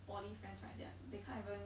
poly friends right thei~ they can't even